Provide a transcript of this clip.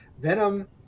Venom